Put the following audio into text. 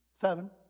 seven